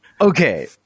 Okay